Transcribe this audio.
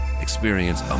Experience